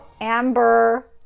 Amber